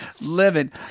Living